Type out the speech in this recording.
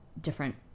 different